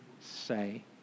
say